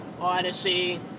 Odyssey